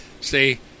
See